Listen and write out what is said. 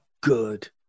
good